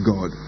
God